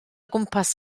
gwmpas